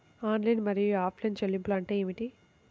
Online మరియు offline చెల్లింపులు అంటే ఏమిటి?